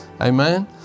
Amen